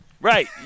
Right